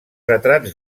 retrats